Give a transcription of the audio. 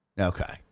Okay